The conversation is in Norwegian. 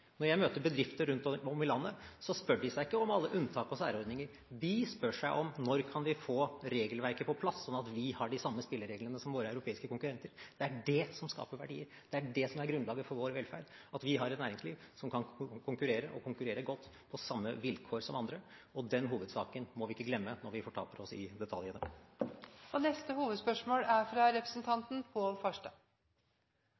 Når jeg møter bedrifter rundt om i landet, spør de ikke om alle unntak og særordninger; de spør om når vi kan få regelverket på plass, slik at vi har de samme spillereglene som våre europeiske konkurrenter. Det er det som skaper verdier, det er det som er grunnlaget for vår velferd, at vi har et næringsliv som kan konkurrere – og konkurrere godt – på samme vilkår som andre. Den hovedsaken må vi ikke glemme når vi fortaper oss i detaljene. Vi går til neste hovedspørsmål. Spørsmålet mitt går til næringsminister Monica Mæland. Det er